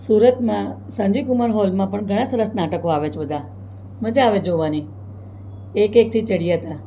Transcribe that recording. સુરતમાં સંજયકુમાર હોલમાં પણ ઘણા સરસ નાટકો આવે છે બધા મજા આવે જોવાની એક એકથી ચડિયાતા